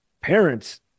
parents